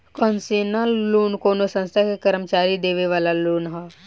concessional loan कवनो संस्था के कर्मचारी के देवे वाला लोन ह